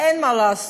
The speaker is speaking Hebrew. ואין מה לעשות,